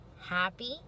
happy